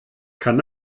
kann